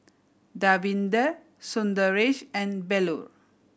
Davinder Sundaresh and Bellur